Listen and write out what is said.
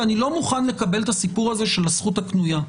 ואני לא מוכן לקבל את הסיפור הזה של הזכות הקנויה.